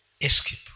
escape